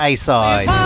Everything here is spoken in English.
A-side